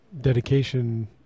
dedication